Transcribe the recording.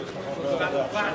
ונאמן.